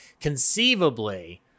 Conceivably